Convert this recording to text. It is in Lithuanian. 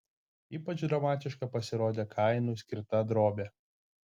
ypač dramatiška pasirodė kainui skirta drobė